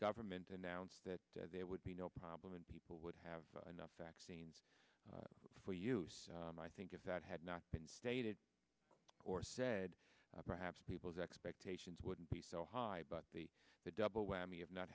government announced that there would be no problem and people would have enough vaccines for use i think if that had not been stated or said perhaps people's expectations wouldn't be so high but the double whammy of not